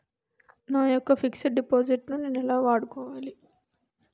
నా యెక్క fixed deposit ను నేను ఎలా వాడుకోవాలి?